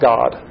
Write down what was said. God